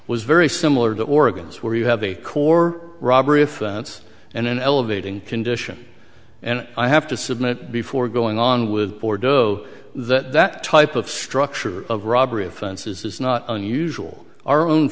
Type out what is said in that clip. was very similar to oregon's where you have a core robbery offense and in elevating condition and i have to submit before going on with bordeaux that that type of structure of robbery offenses is not unusual our own